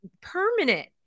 permanent